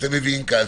שאתם מביאים פה,